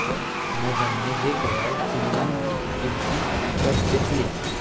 मोहनने हे घड्याळ चिन्हांकित किंमतीत विकत घेतले